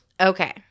Okay